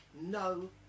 no